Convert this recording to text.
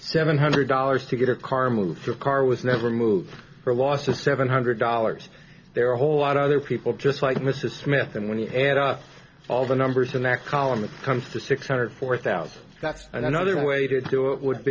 seven hundred dollars to get her car moved her car was never moved for a loss of seven hundred dollars there are a whole lot of other people just like mrs smith and when you add up all the numbers in that column it comes to six hundred forced out that's another way to do it would